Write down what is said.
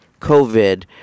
COVID